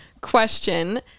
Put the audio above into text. question